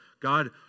God